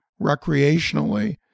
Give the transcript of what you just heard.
recreationally